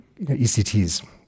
ECTs